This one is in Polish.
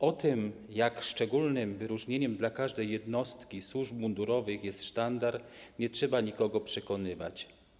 O tym, jak szczególnym wyróżnieniem dla każdej jednostki służb mundurowych jest sztandar, nie trzeba nikogo przekonywać.